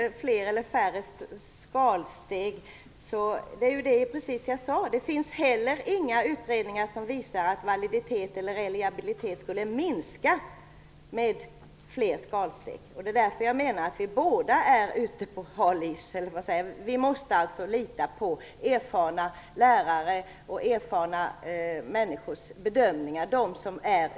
Herr talman! Nej, det är precis som jag sade att det inte finns några utredningar som visar att validitet eller reliabilitet skulle minska med fler skalsteg. Därför menar jag att vi båda är ute på hal is. Vi måste lita på bedömningarna från erfarna lärare och andra erfarna människor ute på skolorna.